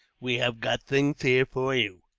we have got things here for you.